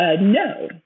No